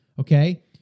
Okay